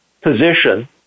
position